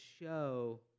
show